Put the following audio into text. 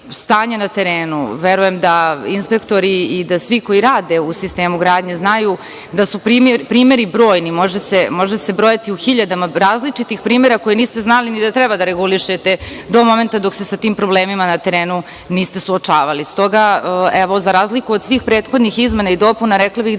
na terenu. Verujem da inspektori i da svi koji rade u sistemu gradnje znaju da su primeri brojni, može se brojati u hiljadama različitih primera koje niste znali ni ta treba da regulišete do momenta dok se sa tim problemima na terenu niste suočavali. S toga, za razliku od svih prethodnih izmena i dopuna, rekla bih, da